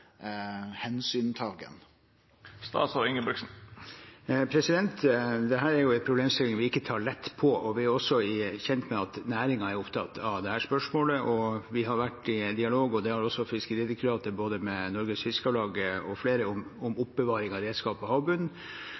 er jo en problemstilling vi ikke tar lett på. Vi er også kjent med at næringen er opptatt av dette spørsmålet, og vi har vært i dialog, og det har også Fiskeridirektoratet, med både Norges Fiskarlag og flere andre om oppbevaring av redskap